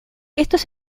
estos